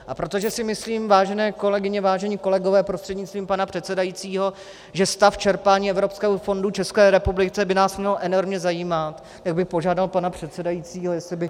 A protože si myslím, vážené kolegyně, vážení kolegové prostřednictvím pana předsedajícího, že stav čerpání evropského fondu České republice by nás mělo enormně zajímat, tak bych požádal pana předsedajícího, jestli by...